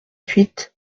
huit